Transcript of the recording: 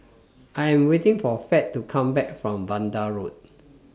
I Am waiting For Fed to Come Back from Vanda Road